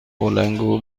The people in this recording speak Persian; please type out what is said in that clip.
بلندگو